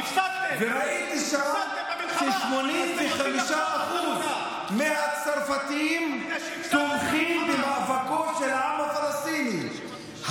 וראיתי שם ש-85% מהצרפתים תומכים במאבקו של העם הפלסטיני,